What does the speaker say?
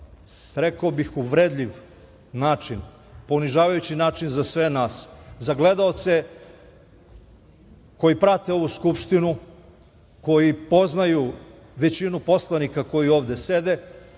rekao bih, uvredljiv način, ponižavajući način za sve nas, za gledaoce koji prate ovu Skupštinu, koji poznaju većinu poslanika koji ovde sede.